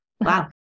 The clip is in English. Wow